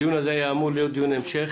הדיון הזה היה אמור להיות דיון המשך